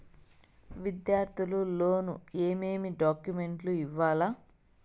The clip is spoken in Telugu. విద్యార్థులు లోను ఏమేమి డాక్యుమెంట్లు ఇవ్వాలి?